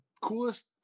coolest